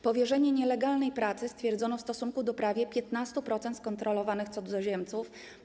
Powierzenie nielegalnej pracy stwierdzono w stosunku do prawie 15% skontrolowanych cudzoziemców.